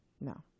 No